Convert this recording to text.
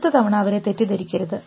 അടുത്ത തവണ അവരെ തെറ്റിദ്ധരിക്കരുത്